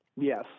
Yes